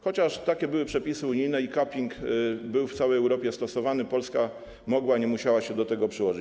Chociaż takie były przepisy unijne i capping był w całej Europie stosowany, Polska mogła, nie musiała się do tego przyłożyć.